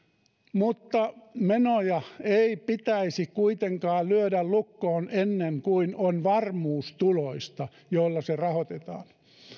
mutta menoja ei pitäisi kuitenkaan lyödä lukkoon ennen kuin on varmuus tuloista joilla se rahoitetaan